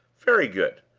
very good.